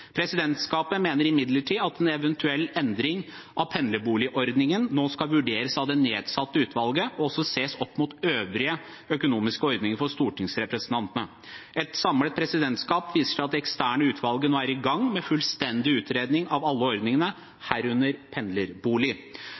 Presidentskapet mener imidlertid at en eventuell endring av pendlerboligordningen nå skal vurderes av det nedsatte utvalget og også ses opp mot øvrige økonomiske ordninger for stortingsrepresentantene. Et samlet presidentskap viser til at det eksterne utvalget nå er i gang med fullstendig utredning av alle ordningene, herunder